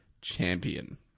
champion